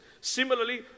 Similarly